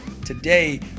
Today